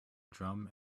drum